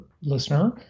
listener